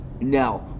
Now